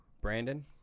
Brandon